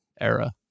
era